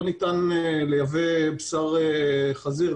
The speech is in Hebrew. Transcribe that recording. לא ניתן לייבא בשר חזיר,